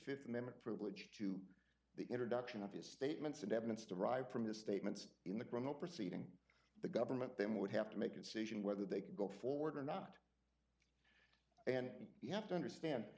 fifth amendment privilege to the introduction of his statements and evidence derived from his statements in the grownup proceeding the government then would have to make incision whether they could go forward or not and you have to understand